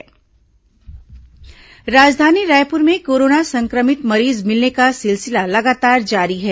corona मरीज राजधानी रायपुर में कोरोना संक्रमित मरीज मिलने का सिलसिला लगातार जारी है